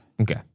Okay